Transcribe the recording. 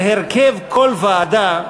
בהרכב כל ועדה,